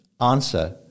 answer